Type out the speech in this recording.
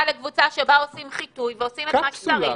לקבוצה שבה עושים חיטוי ואת מה שצריך.